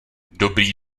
dobrý